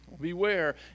Beware